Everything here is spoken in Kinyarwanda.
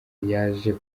yaje